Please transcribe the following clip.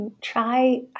try